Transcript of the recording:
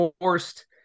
forced